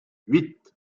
huit